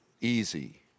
easy